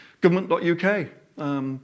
Government.uk